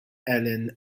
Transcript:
ellen